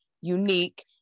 unique